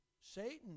Satan